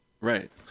right